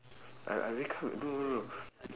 I I really come and no no no